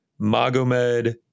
Magomed